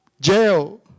jail